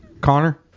Connor